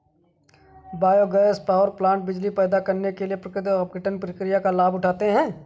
biogas power plant बिजली पैदा करने के लिए प्राकृतिक अपघटन प्रक्रिया का लाभ उठाते हैं